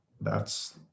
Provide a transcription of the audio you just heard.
That's-